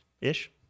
ish